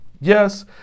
Yes